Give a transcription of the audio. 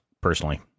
personally